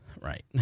right